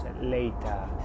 later